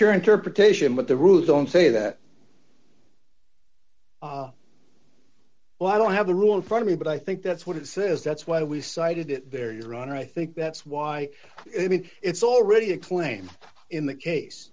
your interpretation but the rules don't say that well i don't have the rule in front of me but i think that's what it says that's why we cited it there your honor i think that's why i mean it's already a claim in the case